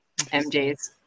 mjs